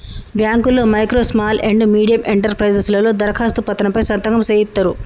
బాంకుల్లో micro small and medium enterprises లలో దరఖాస్తు పత్రం పై సంతకం సేయిత్తరు